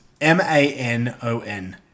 M-A-N-O-N